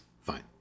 fine